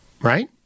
Right